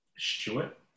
Stewart